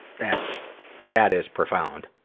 that that is profound,